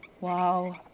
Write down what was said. wow